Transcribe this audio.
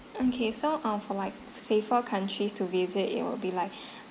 okay so uh for like safer countries to visit it will be like